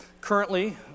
Currently